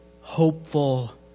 hopeful